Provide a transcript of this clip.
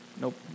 Nope